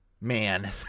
Man